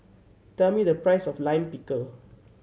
tell me the price of Lime Pickle